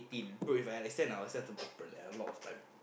bro If I had to extend I would extend something bro have a lot of time